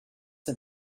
for